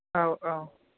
औ औ